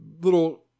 little